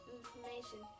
information